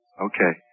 Okay